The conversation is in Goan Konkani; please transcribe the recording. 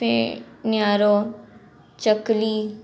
फेनोऱ्यो चकली